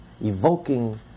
evoking